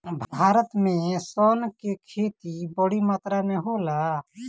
भारत में सन के खेती बड़ी मात्रा में होला